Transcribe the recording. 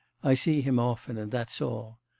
i see him often and that's all.